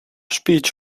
speech